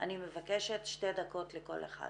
אני מבקשת שתי לכל אחד.